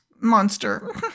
monster